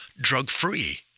drug-free